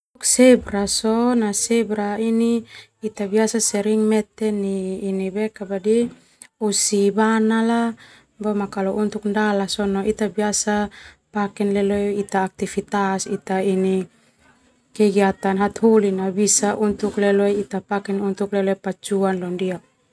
Zebra sona zebra ini ita biasa sering mete ni osi bana la, boma kalau untuk ndala sona ita biasa pake ita aktivitas, ita ini kegiatan hataholi bisa untuk leleo ita pake untuk leleo pacuan londiak.